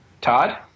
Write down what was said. Todd